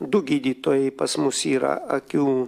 du gydytojai pas mus yra akių